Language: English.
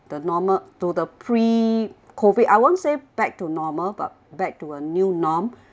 the normal to the pre COVID I won't say back to normal but back to a new norm